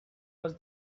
was